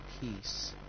peace